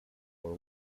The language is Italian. for